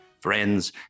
Friends